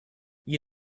you